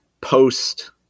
post